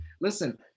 listen